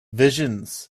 visions